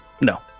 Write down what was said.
No